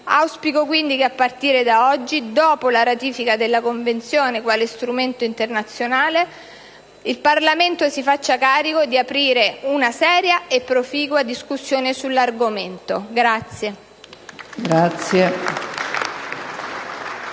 Auspico, quindi, che a partire da oggi, dopo la ratifica della Convenzione quale strumento internazionale, il Parlamento si faccia carico di aprire una seria e proficua discussione sull'argomento.